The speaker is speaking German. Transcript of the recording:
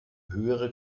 höhere